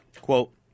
quote